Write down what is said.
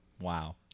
Wow